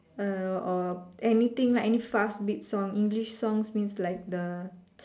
uh or anything lah any fast beat songs English songs means like the